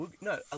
no